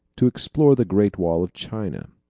to explore the great wall of china.